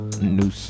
new